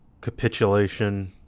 capitulation